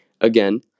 Again